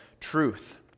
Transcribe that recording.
truth